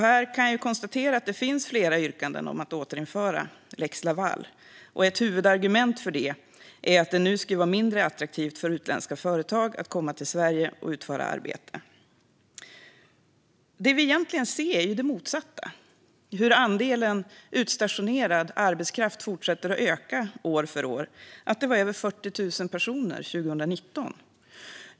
Här kan jag konstatera att det finns flera yrkanden om att återinföra lex Laval, och ett huvudargument för detta är att det nu skulle vara mindre attraktivt för utländska företag att komma till Sverige och utföra arbete. Men det vi egentligen ser är ju det motsatta: Andelen utstationerad arbetskraft fortsätter att öka år för år. De utstationerade var över 40 000 personer år 2019.